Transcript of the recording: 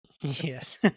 Yes